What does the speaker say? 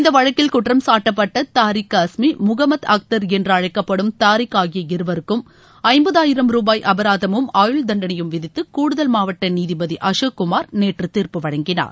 இந்த வழக்கில் குற்றம் சாட்டப்பட்ட தாரிக் காஸ்மி முகமது அக்தர் என்று அழைக்கப்படும் தாரிக் ஆகிய இருவருக்கும் ஜம்பது ஆயிரம் ரூபாய் அபராதமும் ஆயுள் தண்டனையும் விதித்து கூடுதல் மாவட்ட நீதிபதி அசோக் குமார் நேற்று தீர்ப்பு வழங்கினார்